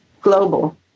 global